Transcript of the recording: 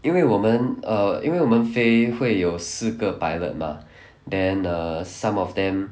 因为我们 err 因为我们飞会有四个 pilot mah then err some of them